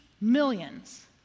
millions